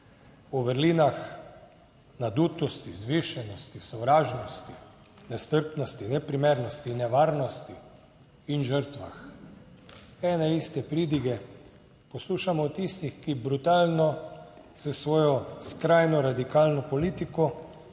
o vrlinah, nadutosti, vzvišenosti, sovražnosti, nestrpnosti, neprimernosti, nevarnosti in žrtvah. Ene in iste pridige. Poslušamo o tistih, ki brutalno s svojo skrajno radikalno politiko